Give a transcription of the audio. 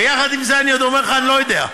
ויחד עם זה אני עוד אומר לך, אני לא יודע.